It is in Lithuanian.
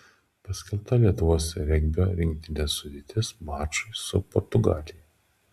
paskelbta lietuvos regbio rinktinės sudėtis mačui su portugalija